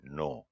no